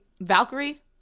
Valkyrie